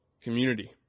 community